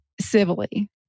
civilly